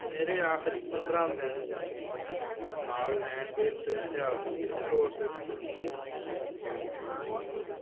ਮੇਰੇ ਆਖਰੀ ਪੰਦਰ੍ਹਾਂ ਦਿਨ ਨਾਲ ਲੈਣ ਦੇਣ ਦੇ ਇਤਿਹਾਸ ਨੂੰ ਖੋਲੋਂ ਅਤੇ ਪ੍ਰਨੀਤ ਨੂੰ ਮਾਊਂਟ ਕਰੋਂ